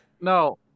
No